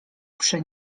przy